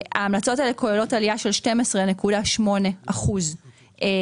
ההמלצות האלה כוללות עלייה של 12.8% בתעריף.